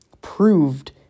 proved